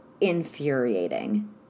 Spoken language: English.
infuriating